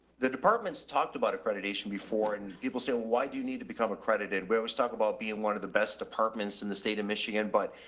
the department's talked about accreditation before and people say, well, why do you need to become accredited? we're always talking about being one of the best departments in the state of michigan. but, ah,